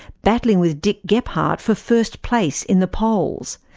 battling with dick gephardt for first place in the polls.